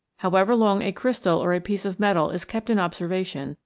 however long a crystal or a piece of metal is kept in observation,